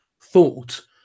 thought